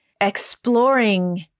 Exploring